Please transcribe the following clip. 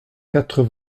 quatre